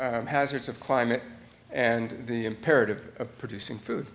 e hazards of climate and the imperative of producing food